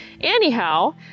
Anyhow